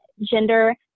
gender